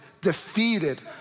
defeated